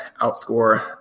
outscore